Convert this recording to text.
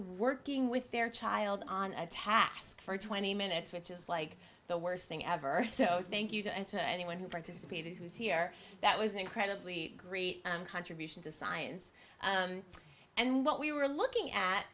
working with their child on a task for twenty minutes which is like the worst thing ever so thank you to and to anyone who participated who is here that was an incredibly great contribution to science and what we were looking at